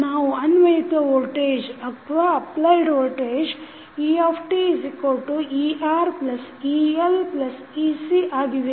ನಾವು ಅನ್ವಯಿತ voltage eteReLec ಆಗಿದೆ